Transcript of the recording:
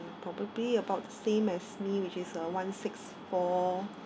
probably about the same as me which is uh one six four